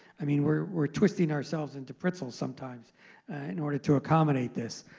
i mean we're twisting ourselves into pretzels sometimes in order to accommodate this.